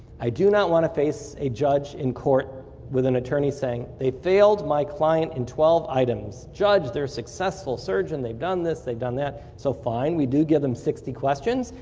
i do not want to face a judge in court with an attorney saying they failed my client in twelve items. judge, they're successful surgeon, they've done this, heaf done that. so fine, we do give them sixty questions,